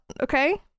okay